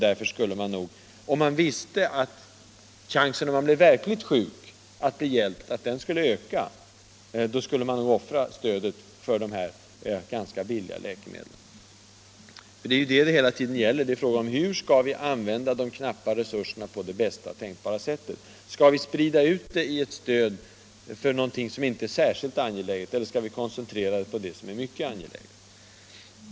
Därför skulle man nog, om man visste att chansen att få hjälp när man blev verkligt sjuk skulle öka, offra stödet för dessa ganska billiga läkemedel. Det är detta det hela tiden gäller: Hur skall vi använda de knappa resurserna på bästa tänkbara sätt? Skall vi sprida ut dem i ett stöd för något som inte är särskilt angeläget eller skall vi koncentrera dem på det som är mycket angeläget?